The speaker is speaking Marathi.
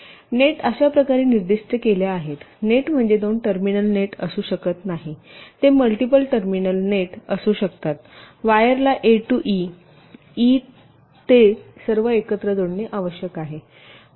जाळे अशा प्रकारे निर्दिष्ट केल्या आहेत नेट म्हणजे दोन टर्मिनल नेट असू शकत नाहीत ते मल्टिपल टर्मिनल नेट असू शकतात वायरला ए टू ई ई ते सर्व एकत्र जोडणे आवश्यक आहे